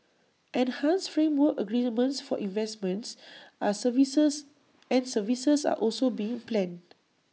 enhanced framework agreements for investments are services and services are also being planned